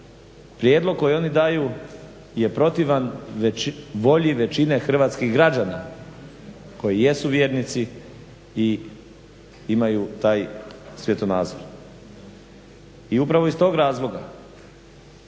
prijedlog koji oni daju je protivan volji većine hrvatskih građana koji jesu vjernici i imaju taj svjetonazor. I upravo iz tog razloga